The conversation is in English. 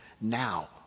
now